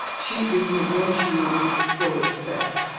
she is negotiating for respect